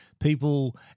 People